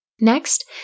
Next